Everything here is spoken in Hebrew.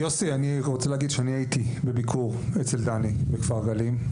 יוסי אני רוצה להגיד שהייתי בביקור אצל דני בכפר גלים,